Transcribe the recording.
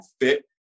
fit